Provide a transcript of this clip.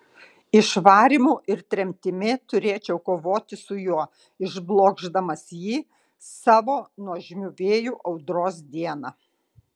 išvarymu ir tremtimi turėčiau kovoti su juo išblokšdamas jį savo nuožmiu vėju audros dieną